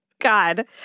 God